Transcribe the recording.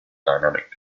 dynamic